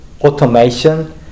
automation